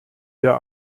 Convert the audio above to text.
der